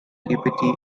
deputy